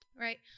right